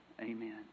Amen